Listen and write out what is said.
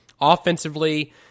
offensively